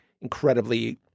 incredibly